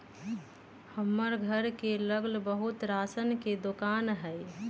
हमर घर के लग बहुते राशन के दोकान हई